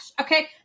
Okay